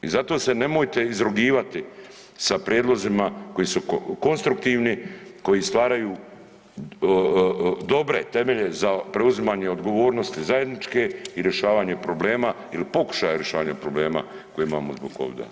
I zato se nemojte izrugivati sa prijedlozima koji su konstruktivni, koji stvaraju dobre temelje za preuzimanje odgovornosti zajedničke i rješavanje problema ili pokušaja rješavanja problema koje imamo zbog covida.